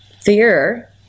fear